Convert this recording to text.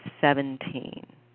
seventeen